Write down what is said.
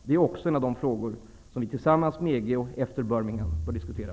Det är också en av de frågor som vi, tillsammans med EG och efter mötet i Birmingham, bör diskutera.